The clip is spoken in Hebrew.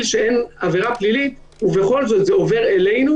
שאין עבירה פלילית ובכל זאת זה עובר אלינו.